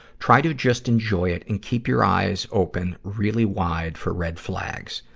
try to just enjoy it and keep your eyes open really wide for red flags.